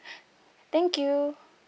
thank you